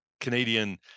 Canadian